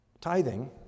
Tithing